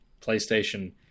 PlayStation